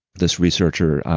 this researcher,